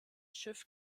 schiff